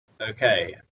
Okay